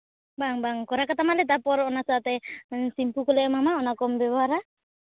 ᱵᱟᱝ ᱵᱟᱝ ᱠᱚᱨᱟᱣ ᱠᱟᱛᱟᱢᱟᱞᱮ ᱛᱟᱨᱯᱚᱨ ᱚᱱᱟ ᱥᱟᱶᱛᱮ ᱥᱮᱢᱯᱩ ᱠᱚᱞᱮ ᱮᱢᱟᱢᱟ ᱚᱱᱟ ᱠᱚᱢ ᱵᱮᱵᱚᱦᱟᱨᱟ